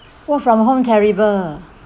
work from home terrible